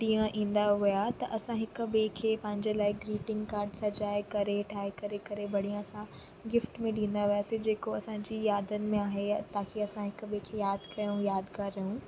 ॾींहुं ईंदा हुआ त असां हिकु ॿिएं खे पंहिंजे लाइ ग्रीटिंग काड सजाए करे ठाहे करे करे बढ़िया सां गिफ़्ट में ॾींदा हुआसीं जेको असांजी यादनि में आहे ताकि असां हिकु ॿिएं खे याद कयूं यादगार रहूं